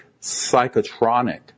psychotronic